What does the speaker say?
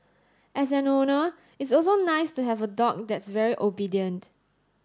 as an owner it's also nice to have a dog that's very obedient